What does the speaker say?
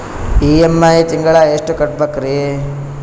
EMI ತಿಂಗಳ ಎಷ್ಟು ಕಟ್ಬಕ್ರೀ?